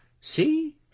see